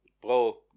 Bro